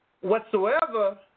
Whatsoever